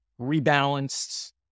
rebalanced